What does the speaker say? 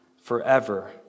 forever